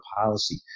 policy